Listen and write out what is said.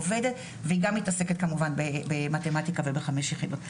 עובדת והיא גם מתעסקת כמובן במתמטיקה ובחמש יחידות.